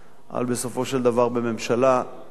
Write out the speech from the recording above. אבל בסופו של דבר בממשלה אתה